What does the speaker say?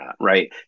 right